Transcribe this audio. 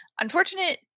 unfortunate